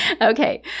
Okay